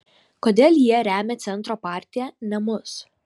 kodėl jie remia centro partiją ne mus